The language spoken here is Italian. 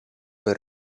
per